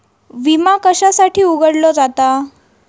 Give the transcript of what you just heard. विमा कशासाठी उघडलो जाता?